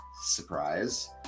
Surprise